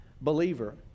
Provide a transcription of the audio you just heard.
believer